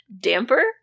Damper